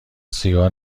سیگار